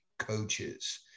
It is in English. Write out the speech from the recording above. coaches